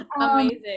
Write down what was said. Amazing